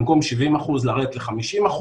במקום 70% לרדת ל-50%,